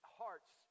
hearts